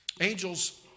Angels